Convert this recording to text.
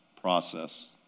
process